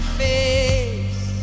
face